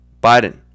Biden